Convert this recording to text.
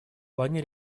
плане